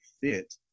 fit